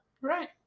Right